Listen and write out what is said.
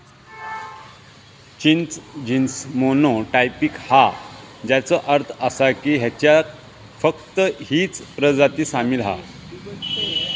चिंच genes monotypic हा, ज्याचो अर्थ असा की ह्याच्यात फक्त हीच प्रजाती सामील हा